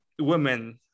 women